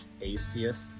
atheist